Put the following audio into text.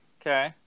Okay